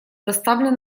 доставлена